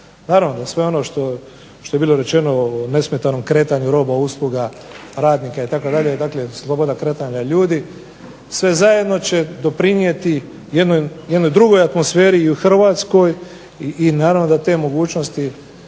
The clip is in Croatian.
Naravno da sve ono što je bilo rečeno o nesmetanom kretanju roba, usluga, radnika itd. dakle slobode kretanja ljudi sve zajedno će doprinijeti jednoj drugoj atmosferi i u Hrvatskoj i naravno da te mogućnosti